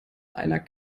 einer